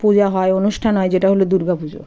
পূজা হয় অনুষ্ঠান হয় যেটা হলো দুর্গা পুজো